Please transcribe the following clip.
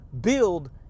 build